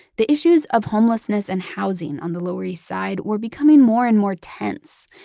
the issues of homelessness and housing on the lower east side were becoming more and more tense.